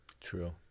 True